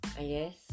Yes